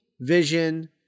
Vision